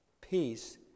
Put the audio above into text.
peace